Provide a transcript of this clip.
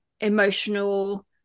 emotional